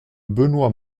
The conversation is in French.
benoît